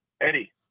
eddie